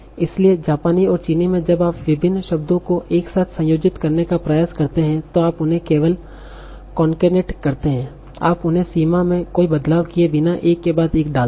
इसलिए जापानी और चीनी में जब आप विभिन्न शब्दों को एक साथ संयोजित करने का प्रयास करते हैं तो आप उन्हें केवल कॉनकैटनेट करते हैं आप उन्हें सीमा में कोई बदलाव किए बिना एक के बाद एक डालते हैं